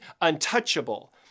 untouchable